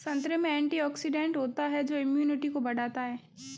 संतरे में एंटीऑक्सीडेंट होता है जो इम्यूनिटी को बढ़ाता है